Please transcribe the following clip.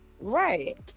right